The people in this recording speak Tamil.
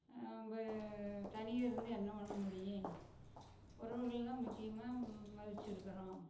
நம்ம தனியாக இருந்து என்ன பண்ண முடியும் உறவுகள் தான் முக்கியமாக மதித்து இருக்கிறோம்